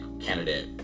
candidate